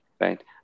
right